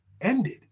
ended